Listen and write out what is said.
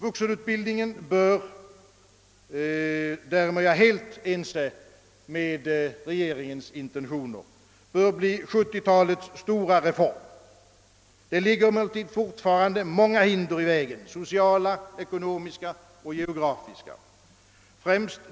Vuxenutbildningen bör bli 1970-talets stora reform; på den punkten har jag full förståelse för regeringens intentioner. Det finns emellertid fortfarande många hinder i vägen — sociala, ekonomiska och geografiska.